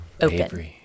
open